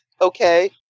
okay